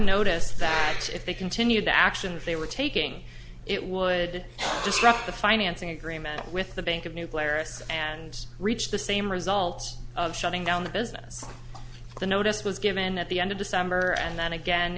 noticed that if they continued the actions they were taking it would disrupt the financing agreement with the bank of new claris and reached the same result of shutting down the business the notice was given at the end of december and then again